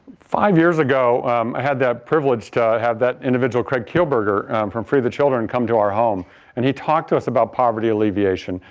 five years ago i had the privilege to i had that individual, craig kielburger from free the children, come to our home and he talked to us about poverty alleviation.